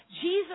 Jesus